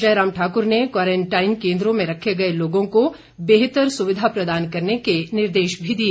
जयराम ठाकुर ने क्वारंटाइन केन्द्रों में रखे गए लोगों को बेहतर सुविधा प्रदान करने के निर्देश भी दिए